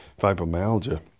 fibromyalgia